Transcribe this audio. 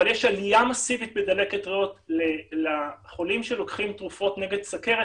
אבל יש עליה מסיבית בדלקת ריאות לחולים שלוקחים תרופות נגד סכרת